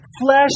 Flesh